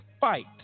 fight